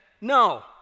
no